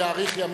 יאריך ימים.